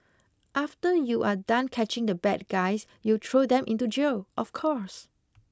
after you are done catching the bad guys you throw them into jail of course